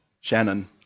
Shannon